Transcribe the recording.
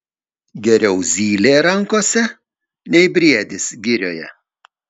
geriau zylė rankose nei briedis girioje